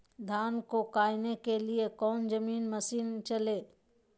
धन को कायने के लिए कौन मसीन मशीन चले?